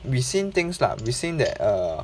we seen things lah we seen that err